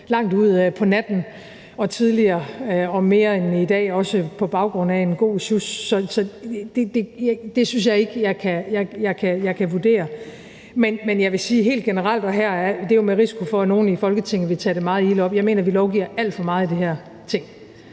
langt ud på natten – og tidligere og mere end i dag også på baggrund af en god sjus. Så det synes jeg ikke, at jeg kan vurdere. Men jeg vil sige helt generelt – og det er jo med risiko for, at nogle i Folketinget vil tage det meget ilde op – at jeg mener, at vi lovgiver alt for meget i det her Ting,